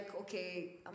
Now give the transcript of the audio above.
okay